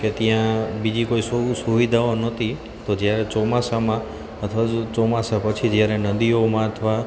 કે ત્યાં બીજી કોઈ સુવિધાઓ નહોતી તો જ્યારે ચોમાસામાં અથવા તો ચોમાસા પછી જ્યારે નદીઓમાં અથવા